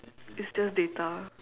it's just data